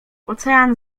ocean